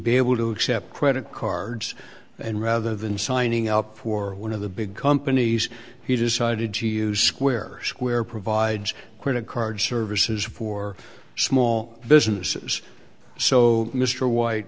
be able to accept credit cards and rather than signing up for one of the big companies he decided to use square square provides credit card services for small businesses so mr white